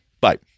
Bye